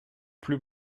plus